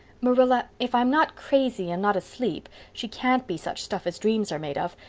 marilla, if i'm not crazy and not asleep she can't be such stuff as dreams are made of.